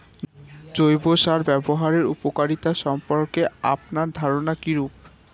জৈব সার ব্যাবহারের উপকারিতা সম্পর্কে আপনার ধারনা কীরূপ?